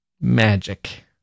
magic